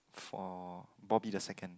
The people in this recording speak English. for Bobby the second